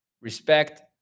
Respect